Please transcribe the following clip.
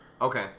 Okay